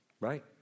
Right